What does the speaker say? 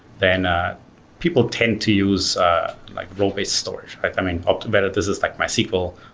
then ah people tend to use ah like roll-based storage are coming up better, this is like my sql,